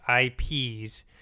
IPs